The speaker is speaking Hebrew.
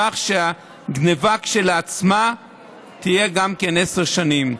כך שהגנבה כשלעצמה תהיה גם היא עשר שנים.